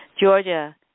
Georgia